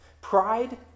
Pride